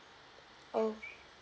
oh